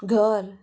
घर